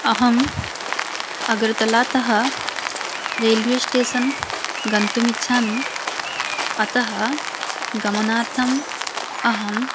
अहम् अगर्तलातः railway station गन्तुमिच्छामि अतः गमनार्थम् अहं